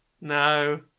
no